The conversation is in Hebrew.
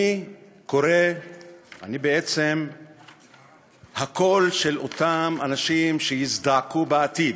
אני בעצם הקול של אותם אנשים שיזדעקו בעתיד.